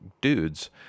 dudes